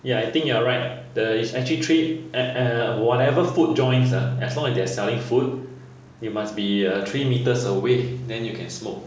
ya I think you're right ah there is actually three uh err whatever food joints ah as long as they're selling food there must be a three metres away then you can smoke